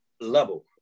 level